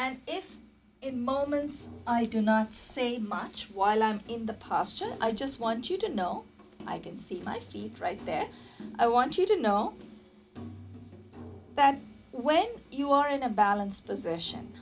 as if in moments i do not say much while i'm in the posture i just want you to know i can see my feet right there i want you to know that when you are in a balanced p